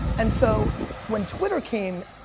and so when twitter came,